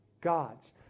God's